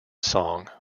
song